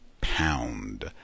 pound